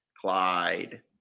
Clyde